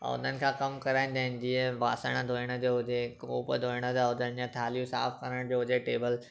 ऐं उन्हनि खां कमु कराईंदा आहिनि जीअं ॿासणु धुअण जो हुजे कोप धुअण जा हुजनि या थालियूं साफ़ु करण जो हुजे टेबल